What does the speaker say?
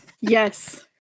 Yes